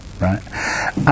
Right